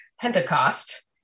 Pentecost